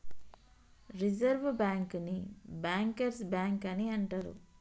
reserve బ్యాంకుని bankers bank అని అంటరు